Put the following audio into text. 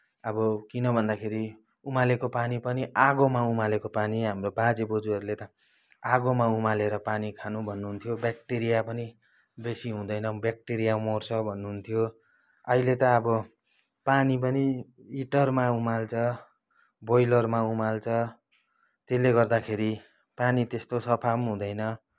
अब किनभन्दाखेरि उमालेको पानी पनि आगोमा उमालेको पानी हाम्रो बाजे बज्यूहरूले त आगोमा उमालेर पानी खानु भन्नुहुन्थ्यो बेक्टेरिया पनि बेसी हुँदैन बेक्टिरिया मर्छ भन्नुहुन्थ्यो आहिले त अब पानी पनि हिटरमा उमाल्छ बोयलरमा उमाल्छ त्यसले गर्दाखेरि पानी त्यस्तो सफा नि हुँदैन